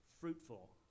fruitful